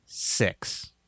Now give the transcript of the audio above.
Six